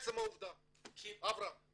עצם העובדה שמשרד הקליטה החליט לא לבוא,